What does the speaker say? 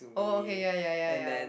oh okay ya ya ya ya